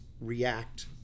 react